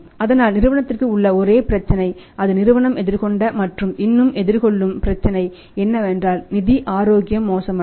அதனால் நிறுவனத்திற்கு உள்ள ஒரே பிரச்சனை அது நிறுவனம் எதிர்கொண்ட மற்றும் இன்னும் எதிர்கொள்ளும் பிரச்சனை என்னவென்றால் நிதி ஆரோக்கியம் மோசமடையும்